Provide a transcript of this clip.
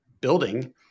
building